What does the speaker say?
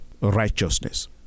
righteousness